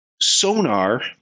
sonar